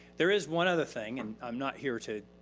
there is one other thing, and i'm not here to